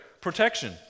protection